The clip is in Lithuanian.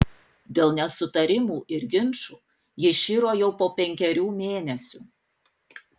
dėl nesutarimų ir ginčų ji iširo jau po penkerių mėnesių